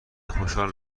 خوشحال